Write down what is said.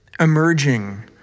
emerging